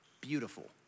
beautiful